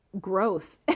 growth